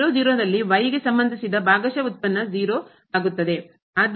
ಲ್ಲಿ ಗೆ ಸಂಬಂಧಿಸಿದ ಭಾಗಶಃ ವ್ಯುತ್ಪನ್ನ 0 ಆಗುತ್ತದೆ